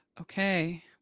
okay